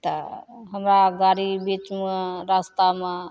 तऽ हमरा गाड़ी बीचमे रस्तामे